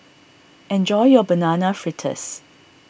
enjoy your Banana Fritters